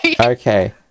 Okay